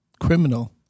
criminal